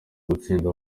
gutsinda